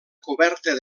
coberta